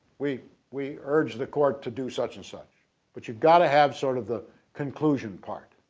we we urge the court to do such and such but you've got to have sort of the conclusion part.